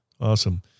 Awesome